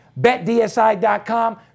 BetDSI.com